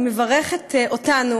אני מברכת אותנו,